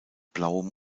blauem